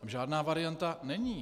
Tam žádná varianta není.